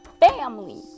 family